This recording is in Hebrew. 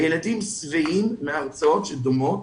הילדים שבעים מהרצאות שדומות